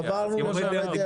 עברנו למורי הדרך.